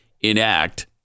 enact